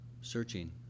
searching